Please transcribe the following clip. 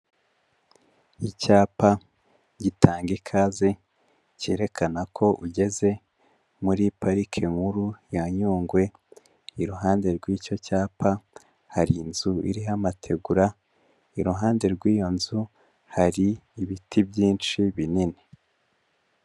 Icyapa gitanga ikaze cyerekana ko ugeze muri parike nkuru ya Nyungwe, iruhande rw'icyo cyapa hari inzu iriho amategura, iruhande rw'iyo nzu hari ibiti byinshi binini.